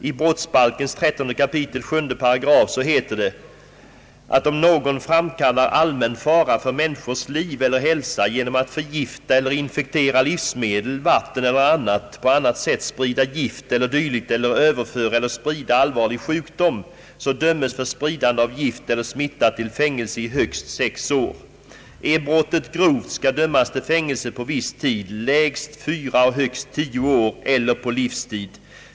I brottsbalkens 13 kap. 7 § heter det: »Om någon framkallar allmän fara för människors liv eller hälsa genom att förgifta eller infektera livsmedel, vatten eller annat, på annat sätt sprida gift eller dylikt eller överföra eller sprida allvarlig sjukdom, dömes för spridande av gift eller smitta till fängelse i högst sex år. — Är brottet grovt, skall dömas till fängelse på viss tid, lägst fyra och högst tio år, eller på livstid.